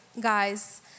guys